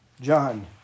John